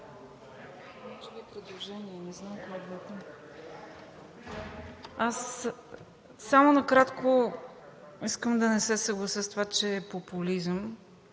Само накратко. Искам да не се съглася с това, че е популизъм